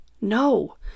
no